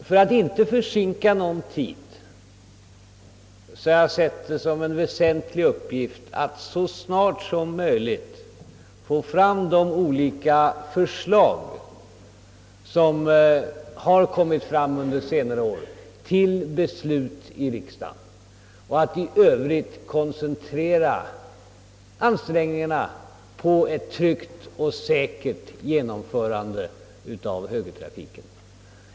För att inte försitta någon tid har jag sett det som en väsentlig uppgift att så snart som möjligt få fram de olika förslag på området, som redovisats under senare år, till beslut i riksdagen och att i övrigt koncentrera ansträngningarna på ett tryggt och säkert genomförande av högertrafiken.